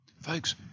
Folks